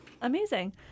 Amazing